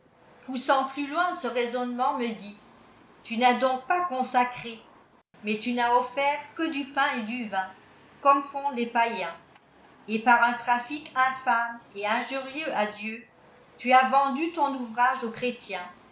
polissant plus loin ce ruisônnemenl me dit c tu n'as donc pas consacré mais tu n'as offert que du pain et du vin comme font ëé paféils et par un trafic infâme et injurieux à dieu tu as vendu ton ouvrage aux chrétiens